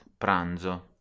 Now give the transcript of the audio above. Pranzo